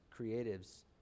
creatives